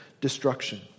destruction